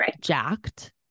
jacked